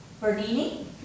Bernini